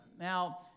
Now